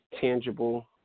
tangible